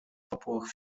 popłoch